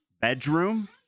bedroom